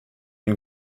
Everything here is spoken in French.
une